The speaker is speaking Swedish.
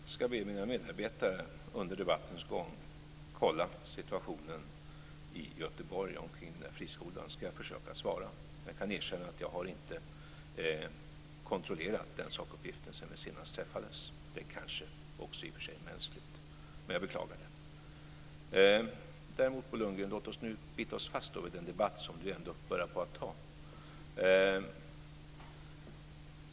Fru talman! Jag ska be mina medarbetare under debattens gång att kolla situationen i Göteborg omkring denna friskola, så ska jag försöka svara. Jag kan erkänna att jag inte har kontrollerat den sakuppgiften sedan vi senast träffades. Det är kanske i och för sig mänskligt, men jag beklagar det. Låt oss däremot, Bo Lundgren, bita oss fast vid den debatt som det ändå börjar bli.